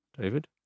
David